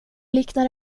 liknar